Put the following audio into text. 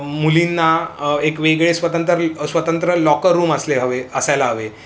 मुलींना एक वेगळे स्वतंत्र स्वतंत्र लॉकर रूम असले हवे असायला हवे